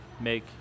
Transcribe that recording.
make